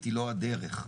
רק לדייק: